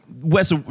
Wes